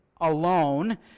alone